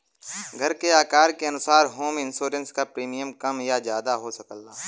घर के आकार के अनुसार होम इंश्योरेंस क प्रीमियम कम या जादा हो सकला